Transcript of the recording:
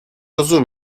rozu